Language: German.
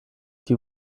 die